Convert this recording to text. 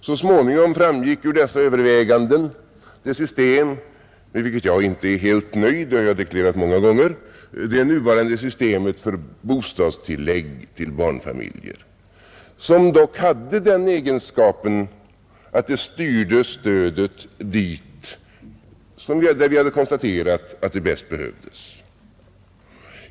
Så småningom framgick ur dessa överväganden ett system med vilket jag inte är helt nöjd — det har jag deklarerat många gånger — nämligen det nuvarande systemet med bostadstillägg till barnfamiljer, som dock hade den egenskapen att det styrde stödet dit där det bäst behövdes.